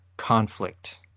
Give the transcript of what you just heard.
conflict